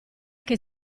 che